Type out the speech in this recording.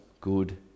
good